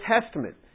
Testament